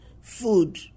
food